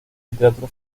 literatura